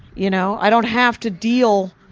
you know? i don't have to deal,